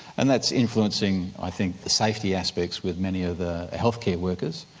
and that's influencing i think the safety aspects with many of the healthcare workers.